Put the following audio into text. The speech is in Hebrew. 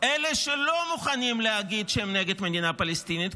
אלה שלא מוכנים להגיד שהם נגד מדינה פלסטינית,